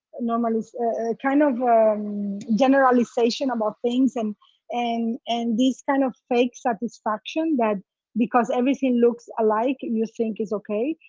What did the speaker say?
and um ah kind of um generalization about things and and and this kind of fake satisfaction that because everything looks alike, you think it's okay.